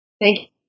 Thank